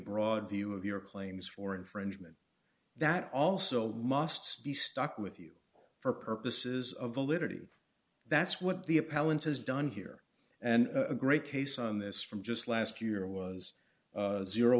broad view of your claims for infringement that also must be stuck with you for purposes of validity that's what the appellant has done here and a great case on this from just last year was